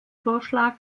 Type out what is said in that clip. vorschlag